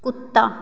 ਕੁੱਤਾ